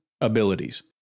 abilities